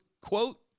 Quote